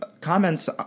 comments